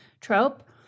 trope